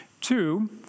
Two